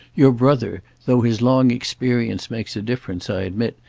your brother, though his long experience makes a difference, i admit,